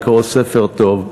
לקרוא ספר טוב,